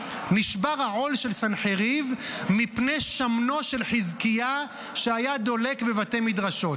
נשבר העול של סנחריב מפני שמנו של חזקיה שהיה דולק בבתי מדרשות.